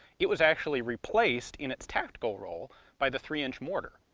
it was actually replaced in its tactical role by the three-inch mortar,